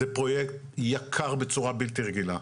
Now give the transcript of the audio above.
זה פרויקט יקר בצורה בלתי רגילה,